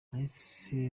nahise